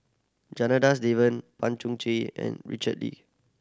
Janadas Devan Pan Cheng Chee and Richard Lee